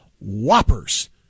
whoppers